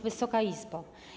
Wysoka Izbo!